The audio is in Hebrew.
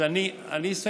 אז אני אסיים.